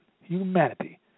humanity